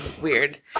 weird